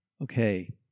Okay